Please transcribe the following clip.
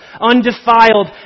undefiled